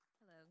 Hello